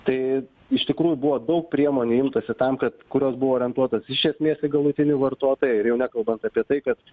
tai iš tikrųjų buvo daug priemonių imtasi tam kad kurios buvo orientuotos iš esmės į galutinį vartotoją ir jau nekalbant apie tai kad